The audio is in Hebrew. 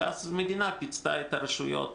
ואז המדינה פיצתה את הרשויות.